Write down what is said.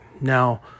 Now